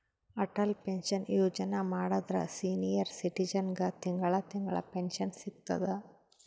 Atal pension Yojana ಮಾಡುದ್ರ senior ಸಿಟಿಜನ್ಗ ತಿಂಗಳಾ ತಿಂಗಳಾ ಪೆನ್ಶನ್ ಸಿಗ್ತುದ್